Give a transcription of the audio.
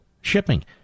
Shipping